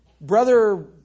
brother